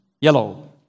yellow